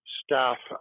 staff